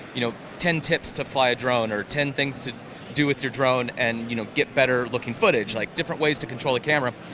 you know, ten tips to fly a drone, or ten things to do with your drone, and you know, get better looking footage, like, different ways to control the camera.